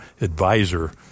advisor